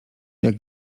jak